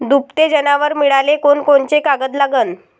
दुभते जनावरं मिळाले कोनकोनचे कागद लागन?